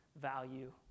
value